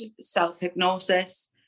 self-hypnosis